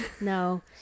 No